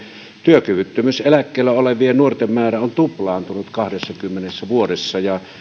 työkyvyttömyyseläkkeellä olevien nuorten määrä on tuplaantunut kahdessakymmenessä vuodessa